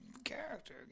Character